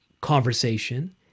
conversation